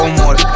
more